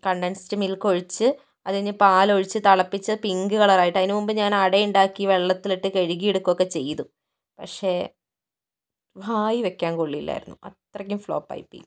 condensed milk ഒഴിച്ച് അതുകഴിഞ്ഞ് പാലൊഴിച്ച് തിളപ്പിച്ചിട്ട് പിങ്ക് കളറായിട്ട് അതിന് മുൻപ്പ് ഞാൻ അട ഉണ്ടാക്കി വെള്ളത്തിലിട്ട് കഴുകി എടുക്കുക ഒക്കെ ചെയ്തു പക്ഷെ വായിൽ വയ്ക്കാൻ കൊള്ളില്ലായിരുന്നു അത്രക്കും ഫ്ലോപ്പ് ആയിപോയി